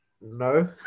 No